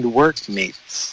workmates